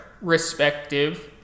Respective